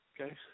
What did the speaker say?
Okay